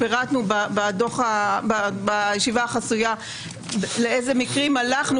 פירטנו בישיבה החסויה לאיזה מקרים הלכנו